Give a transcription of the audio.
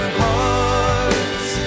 hearts